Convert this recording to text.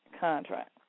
contract